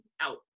Out